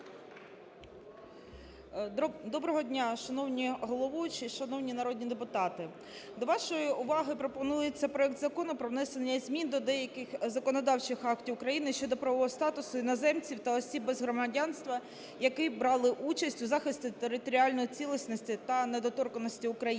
Доброго дня, шановні головуючі, шановні народні депутати! До вашої уваги пропонується проект Закону про внесення змін до деяких законодавчих актів України (щодо правового статусу іноземців та осіб без громадянства, які брали участь у захисті територіальної цілісності та недоторканності України).